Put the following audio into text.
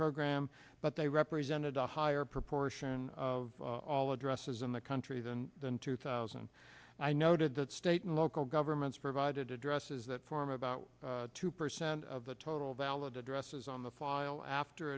program but they represented a higher proportion of all addresses in the country than than two thousand i noted that state and local governments provided addresses that form about two percent of the total valid addresses on the file after